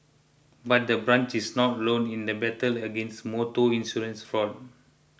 but the branch is not alone in the battle against motor insurance fraud